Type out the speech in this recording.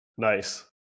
Nice